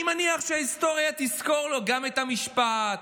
אני מניח שההיסטוריה תזכור לו גם את המשפט